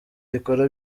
rikora